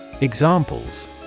Examples